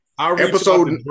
Episode